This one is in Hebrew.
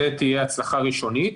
זו תהיה הצלחה ראשונית.